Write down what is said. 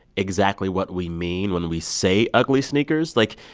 exactly what we mean when we say ugly sneakers. like,